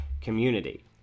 community